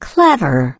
Clever